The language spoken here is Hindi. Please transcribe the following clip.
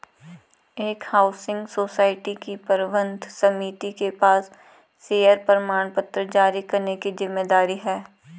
एक हाउसिंग सोसाइटी की प्रबंध समिति के पास शेयर प्रमाणपत्र जारी करने की जिम्मेदारी है